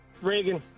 Reagan